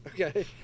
Okay